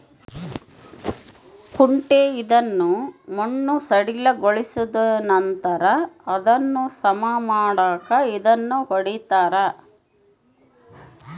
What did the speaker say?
ಕುಂಟೆ ಇದನ್ನು ಮಣ್ಣು ಸಡಿಲಗೊಳಿಸಿದನಂತರ ಅದನ್ನು ಸಮ ಮಾಡಾಕ ಇದನ್ನು ಹೊಡಿತಾರ